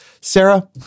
Sarah